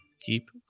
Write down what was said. keep